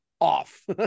off